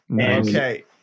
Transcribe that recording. Okay